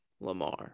Lamar